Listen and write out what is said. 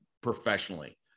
professionally